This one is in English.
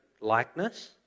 likeness